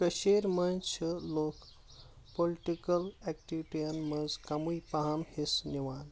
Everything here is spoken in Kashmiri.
کٔشیٖر منٛز چھ لٔکھ پُلٹکل اکٹیوٹین منٛز کمے پہم حصہٕ نوان